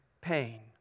pain